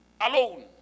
alone